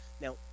now